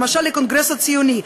למשל לקונגרס הציוני,